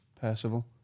Percival